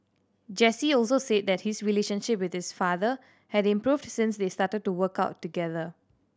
Jesse also said that his relationship with his father had improved since they started to work out together